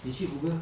你去 Google